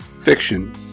fiction